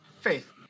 Faith